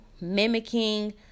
mimicking